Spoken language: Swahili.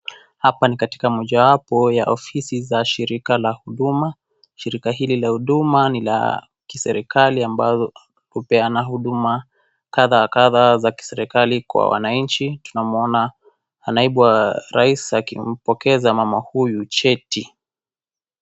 Hapa ni katika mojawapo ya ofisi katika shirika la huduma, shirika hili la huduma ni la kiserikali ambalo hupeana huduma kadha wa kadha za kiserikali kwa wananchi tunamwona naibu wa rais akimpongeza mama huyu cheti.